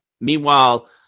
Meanwhile